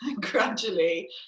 gradually